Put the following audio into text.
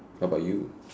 what about you